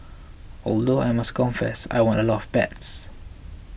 although I must confess I won a lot of bets